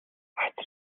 хацар